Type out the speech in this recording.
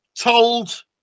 told